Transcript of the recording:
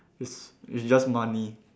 it's it's just money